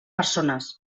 persones